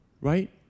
right